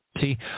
See